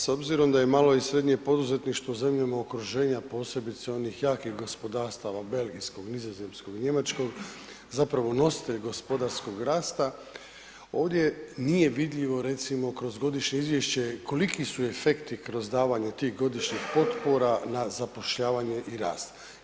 S obzirom da je malo i srednje poduzetništvo u zemljama okruženja posebice onih jakih gospodarstava, belgijskog, nizozemskoj, njemačkog, zapravo nositelj gospodarskog rasta, ovdje nije vidljivo recimo kroz godišnje izvješće koliki su efekti kroz davanja tih godišnjih potpora na zapošljavanje i rast.